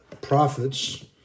prophets